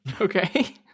Okay